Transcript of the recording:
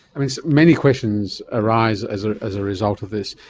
many questions arise as ah as a result of this,